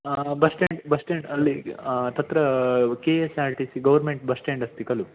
bus stand bus stand अल्लि तत्र K S R T C इति गौर्मेण्ट् बस्टाण्ड् अस्ति खलु